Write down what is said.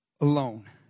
Alone